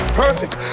perfect